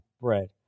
bread